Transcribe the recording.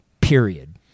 Period